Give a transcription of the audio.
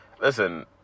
listen